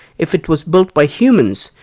if it was built by humans,